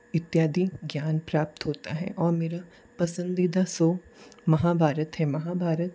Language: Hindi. इत्यादि ज्ञान प्राप्त होता है और मेरा पसंदीदा सो महाभारत है महाभारत